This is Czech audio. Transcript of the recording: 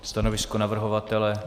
Stanovisko navrhovatele?